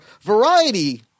variety